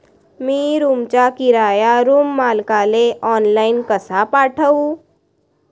मी रूमचा किराया रूम मालकाले ऑनलाईन कसा पाठवू?